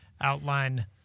outline